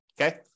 Okay